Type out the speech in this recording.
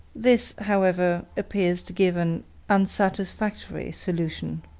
this, however, appears to give an unsatisfactory solution.